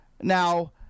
Now